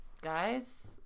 Guys